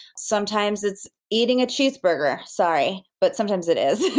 sometimes it's eating a cheeseburger. sorry, but sometimes it is